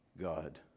God